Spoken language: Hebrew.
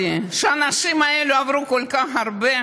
שהאנשים האלה עברו כל כך הרבה,